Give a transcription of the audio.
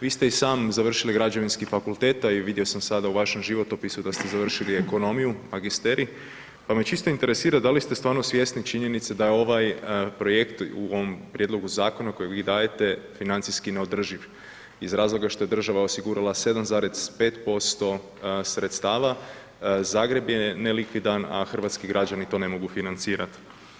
Vi ste i sam završili građevinski fakultet, a vidio sam sada u vašem životopisu da ste završili ekonomiju, magisterij pa me čisto interesira da li ste stvarno svjesni činjenice da je ovaj projekt u ovom prijedlogu zakona kojeg vi dajete financijski neodrživ iz razloga što je država osigurala 7,5% sredstava, Zagreb je nelikvidan, a hrvatski građani to ne mogu financirat?